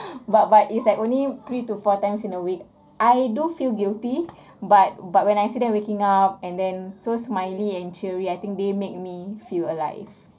but but it is at only three to four times in a week I do feel guilty but but when I see them waking up and then so smiley and cheery I think they make me feel alive